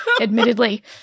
Admittedly